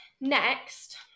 next